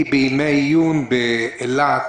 בימי עיון באילת